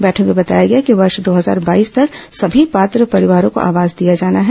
बैठक में बताया गया कि वर्ष दो हजार बाईस तक सभी पात्र परिवारों को आवास दिया जाना है